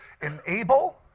enable